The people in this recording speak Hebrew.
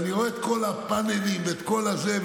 אז אני רואה את כל הפאנלים ואת כל זה,